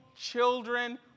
children